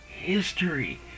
history